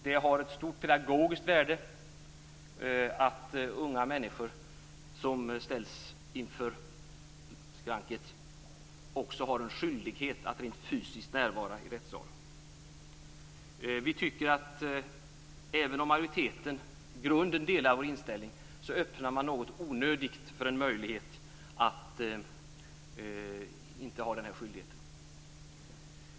Det har ett stort pedagogiskt värde att unga människor som ställs inför skranket också har en skyldighet att rent fysiskt närvara i rättssalen. Även om majoriteten i grunden delar vår inställning tycker vi att man något onödigt öppnar för en möjlighet att inte ha den här skyldigheten.